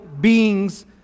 beings